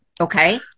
Okay